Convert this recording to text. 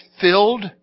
filled